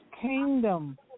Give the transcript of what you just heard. kingdom